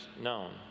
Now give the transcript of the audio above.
known